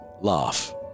Laugh